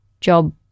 job